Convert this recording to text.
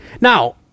Now